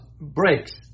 breaks